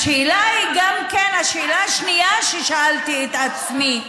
השאלה היא, השאלה השנייה ששאלתי את עצמי: